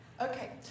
Okay